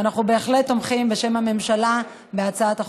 ואנחנו בהחלט תומכים בשם הממשלה בהצעת החוק.